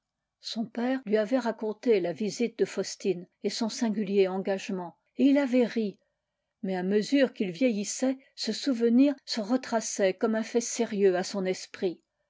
son père lui avait raconté la visite de faustin et son singulier engagement et il avait ri mais à mesure qu'il vieillissait ce souvenir se retraçait comme un fait sérieux à son esprit